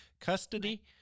custody